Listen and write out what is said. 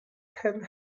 ten